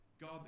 God